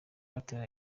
batera